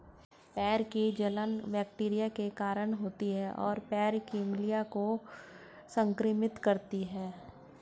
पैर की जलन बैक्टीरिया के कारण होती है, और पैर की उंगलियों को संक्रमित करती है